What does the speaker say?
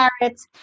carrots